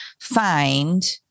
find